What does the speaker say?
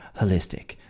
holistic